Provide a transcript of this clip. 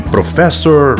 Professor